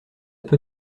peut